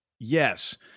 yes